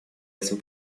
этим